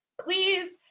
please